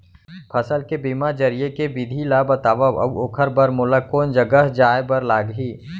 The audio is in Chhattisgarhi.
फसल के बीमा जरिए के विधि ला बतावव अऊ ओखर बर मोला कोन जगह जाए बर लागही?